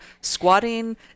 squatting